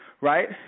right